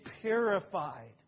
purified